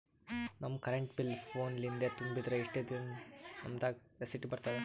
ನಮ್ current bill ಫೋನ ಲಿಂದೇ ತುಂಬಿದ್ರ, ಎಷ್ಟ ದಿ ನಮ್ ದಾಗ ರಿಸಿಟ ಬರತದ?